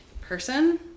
person